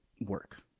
work